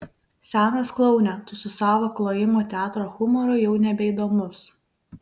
senas kloune tu su savo klojimo teatro humoru jau nebeįdomus